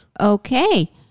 okay